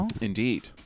Indeed